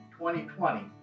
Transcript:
2020